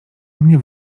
mnie